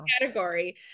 category